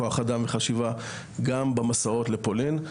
כוח אדם וחשיבה גם במסעות לפולין.